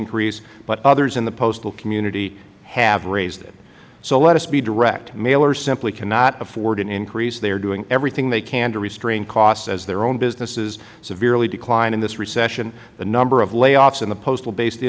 increase but others in the postal community have raised it so let us be direct mailers simply cannot afford an increase they are doing everything they can to restrain costs as their own businesses severely decline in recession the number of layoffs in the postal based